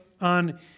on